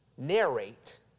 narrate